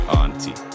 auntie